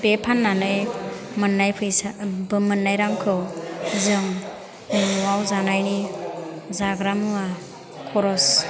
बे फाननानै मोननाय फैसा मोननाय रांखौ जों न'आव जानायनि जाग्रा मुवा खरस